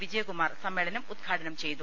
വിജയകുമാർ സമ്മേളനം ഉദ്ഘാടനം ചെയ്തു